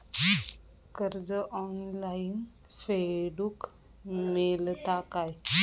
कर्ज ऑनलाइन फेडूक मेलता काय?